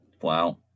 Wow